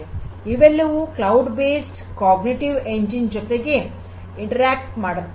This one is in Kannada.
ಇವೆಲ್ಲವೂ ಕ್ಲೌಡ್ ಆಧಾರಿತ ಕಾಗ್ನಿಟಿವ್ ಎಂಜಿನ್ ಜೊತೆಗೆ ಸಂವಹನ ಮಾಡುತ್ತವೆ